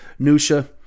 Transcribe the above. Nusha